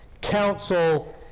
Council